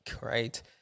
right